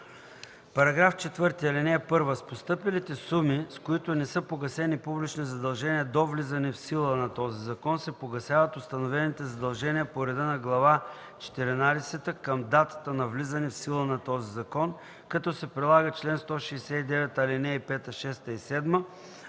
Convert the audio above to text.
„§ 4. (1) С постъпилите суми, с които не са погасени публични задължения до влизането в сила на този закон, се погасяват установените задължения по реда на Глава четиринадесета към датата на влизане в сила на този закон, като се прилагат чл. 169, ал. 5, 6 и